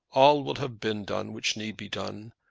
all will have been done which need be done,